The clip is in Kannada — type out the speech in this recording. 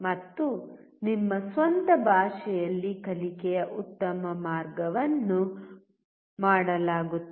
ಮತ್ತು ನಿಮ್ಮ ಸ್ವಂತ ಭಾಷೆಯಲ್ಲಿ ಕಲಿಕೆಯ ಉತ್ತಮ ಮಾರ್ಗವನ್ನು ಮಾಡಲಾಗುತ್ತದೆ